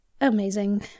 amazing